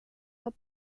are